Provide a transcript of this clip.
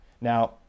Now